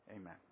amen